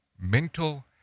mental